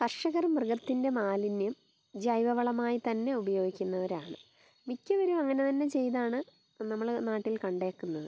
കർഷകർ മൃഗത്തിൻ്റെ മാലിന്യം ജൈവവളമായി തന്നെ ഉപയോഗിക്കുന്നവരാണ് മിക്കവരും അങ്ങനെ തന്നെ ചെയ്താണ് നമ്മൾ നാട്ടിൽ കണ്ടേക്കുന്നത്